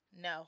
No